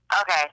Okay